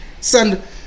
send